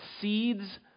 seeds